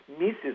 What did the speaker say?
misses